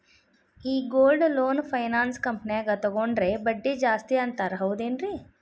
ಈ gold loan finance ಕಂಪನ್ಯಾಗ ತಗೊಂಡ್ರೆ ಬಡ್ಡಿ ಜಾಸ್ತಿ ಅಂತಾರ ಹೌದೇನ್ರಿ?